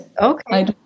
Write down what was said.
Okay